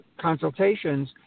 consultations